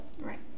right